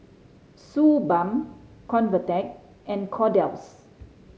Suu Balm Convatec and Kordel's